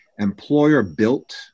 employer-built